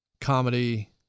comedy